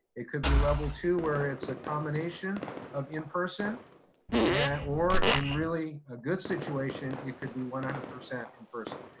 it could be level two where it's a combination of in person and, or in really a good situation, it could be one hundred percent in person.